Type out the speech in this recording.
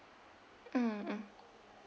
mm uh